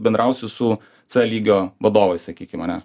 bendrausiu su c lygio vadovais sakykim ane